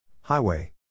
Highway